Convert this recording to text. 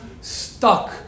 stuck